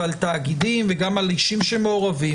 על תאגידים וגם על אישים שמעורבים,